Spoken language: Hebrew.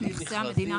בלי מכרזים?